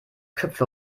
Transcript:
köpfe